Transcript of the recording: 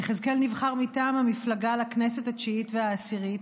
יחזקאל נבחר מטעם המפלגה לכנסת התשיעית והעשירית,